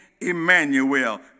Emmanuel